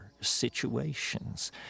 situations